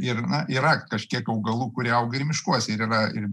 ir yra kažkiek augalų kurie auga ir miškuose ir yra ir